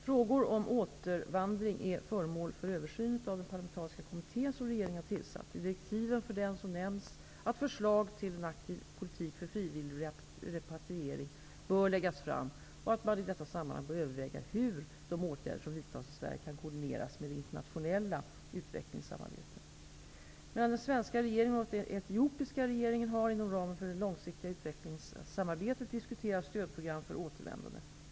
Frågor om återvandring är föremål för översyn av den parlamentariska kommitté som regeringen tillsatt. I direktiven för denna nämns att förslag till en aktiv politik för frivillig repatriering bör läggas fram och att man i detta sammanhang bör överväga hur de åtgärder som vidtas i Sverige kan koordineras med det internationella utvecklingssamarbetet. Mellan den svenska regeringen och den etiopiska regeringen har -- inom ramen för det långsiktiga utvecklingssamarbetet -- diskuterats stödprogram för återvändande.